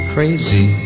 Crazy